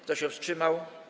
Kto się wstrzymał?